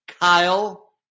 Kyle